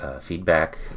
feedback